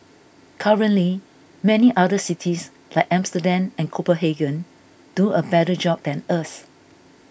currently many other cities like Amsterdam and Copenhagen do a better job than us